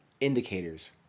indicators